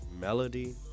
melody